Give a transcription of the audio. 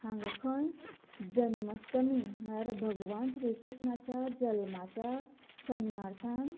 हांगा खंय जन्माष्टमीक म्हळ्यार भगवान श्री कृष्णाच्या जल्माच्या सन्मार्थान